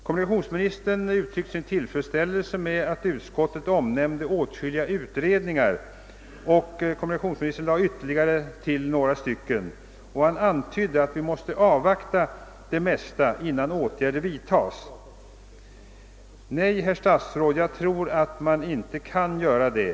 Kommunikationsministern uttryckte sin tillfredsställelse med att utskottet omnämnde åtskilliga utredningar, och han lade själv till några stycken. Han antydde att vi måste avvakta det mesta innan åtgärder vidtages. Nej, herr statsråd, jag tror inte att man kan göra det.